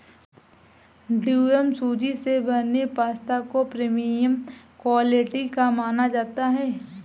durum सूजी से बने पास्ता को प्रीमियम क्वालिटी का माना जाता है